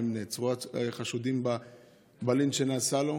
האם נעצרו חשודים בלינץ' שנעשה לו?